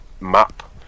map